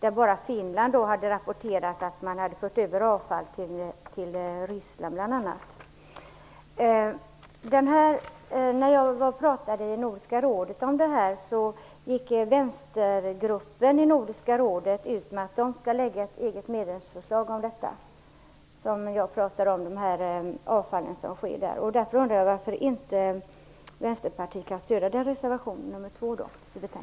Enbart Finland rapporterade att man hade fört över avfall bl.a. till Ryssland. Då jag pratade om dessa saker i Nordiska rådet gick vänstergruppen där ut med att man skall lägga fram ett eget medlemsförslag om avfallet. Därför undrar jag varför Vänsterpartiet inte kan stödja reservation nr 2 i betänkandet.